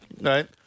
Right